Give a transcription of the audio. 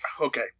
okay